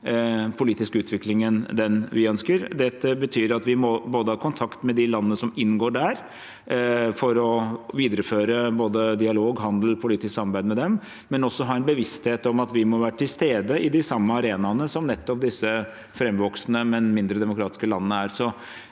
politisk utvikling enn den vi ønsker. Det betyr at vi både må ha kontakt med de landene som inngår der, for å videreføre dialog, handel og politisk samarbeid med dem, og også ha en bevissthet om at vi må være til stede i de samme arenaene som nettopp disse framvoksende mindre demokratiske landene er.